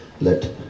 let